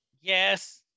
Yes